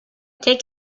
take